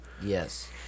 yes